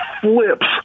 flips